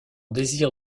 désir